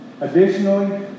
additionally